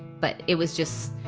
but it was just,